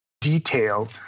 detail